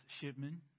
Shipman